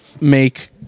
make